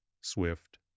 Swift